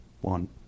One